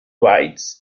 bytes